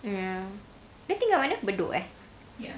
ya dia tinggal mana bedok eh ya